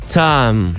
time